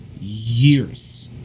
years